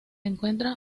encuentra